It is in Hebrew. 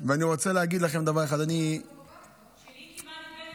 אני מכירה מישהו שכמעט איבד את